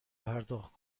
پرداخت